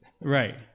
Right